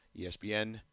ESPN